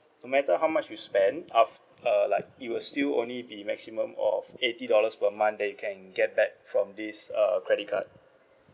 no matter how much you spend of uh like it will still only be maximum of eighty dollars per month that you can get back from this uh credit card